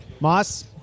Moss